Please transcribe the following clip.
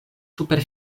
super